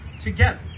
together